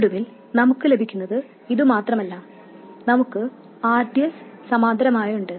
ഒടുവിൽ നമുക്ക് ലഭിക്കുന്നത് ഇതു മാത്രമല്ല നമുക്ക് r d s സമാന്തരമായുണ്ട്